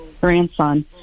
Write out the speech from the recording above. grandson